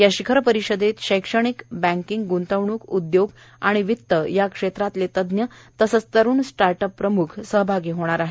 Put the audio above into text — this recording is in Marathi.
या शिखर परिषदेत शैक्षणिक बँकींग ग्ंतवणूक उद्योग वित्त या क्षेत्रातलं तज्ञ तसंच तरुण स्टार्ट अप प्रम्ख सहभागी होणार आहेत